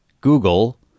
Google